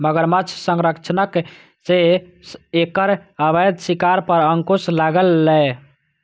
मगरमच्छ संरक्षणक सं एकर अवैध शिकार पर अंकुश लागलैए